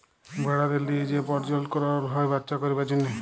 ভেড়াদের লিয়ে যে পরজলল করল হ্যয় বাচ্চা করবার জনহ